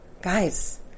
guys